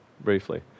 briefly